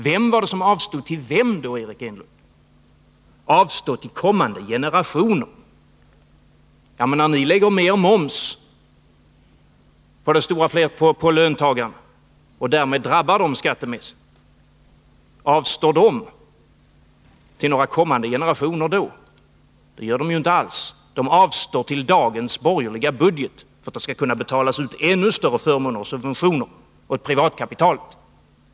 Vem var det då som avstod till vem, Eric Enlund? När ni lägger mer moms på löntagarna, så att de drabbas skattemässigt — avstår löntagarna då åt kommande generationer? Det gör de ju inte alls — de avstår till dagens borgerliga budget, så att det skall kunna betalas ut ännu större förmåner och subventioner till privatkapitalet.